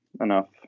enough